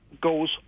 goes